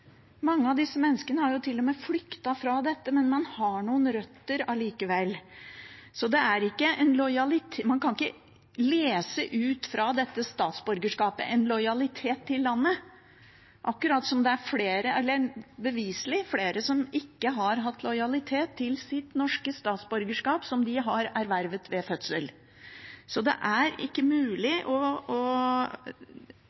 Mange av disse menneskene har til og med flyktet fra dette, men har noen røtter likevel. Man kan ikke lese ut fra statsborgerskapet en lojalitet til landet – akkurat som det beviselig er flere som ikke har hatt lojalitet til sitt norske statsborgerskap som de har ervervet ved fødsel. Det er ikke mulig